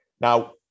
Now